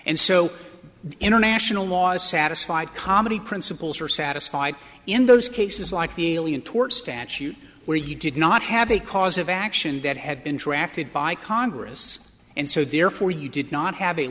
and so international law is satisfied comedy principles are satisfied in those cases like the alien tort statute where you did not have a cause of action that had been drafted by congress and so therefore you did not have a